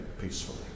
peacefully